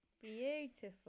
Beautiful